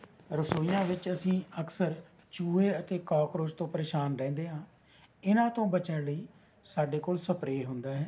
ਰਸੋਈਆਂ ਵਿੱਚ ਅਸੀਂ ਅਕਸਰ ਚੂਹੇ ਅਤੇ ਕੋਕਰੋਚ ਤੋਂ ਪਰੇਸ਼ਾਨ ਰਹਿੰਦੇ ਹਾਂ ਇਹਨਾਂ ਤੋਂ ਬਚਣ ਲਈ ਸਾਡੇ ਕੋਲ ਸਪਰੇਅ ਹੁੰਦਾ ਹੈ